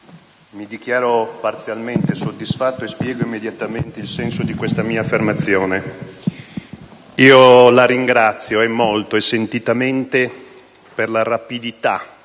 mi dichiaro parzialmente soddisfatto e spiego immediatamente il senso di questa mia affermazione. Io la ringrazio molto e sentitamente per la rapidità,